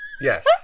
Yes